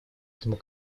этому